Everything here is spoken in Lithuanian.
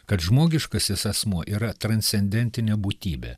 kad žmogiškasis asmuo yra transcendentinė būtybė